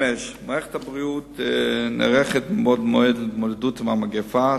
5. מערכת הבריאות נערכת מבעוד מועד להתמודדות עם המגפה.